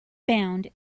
bound